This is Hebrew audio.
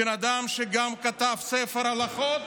בן אדם שגם כתב ספר הלכות,